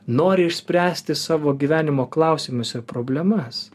nori išspręsti savo gyvenimo klausimus ir problemas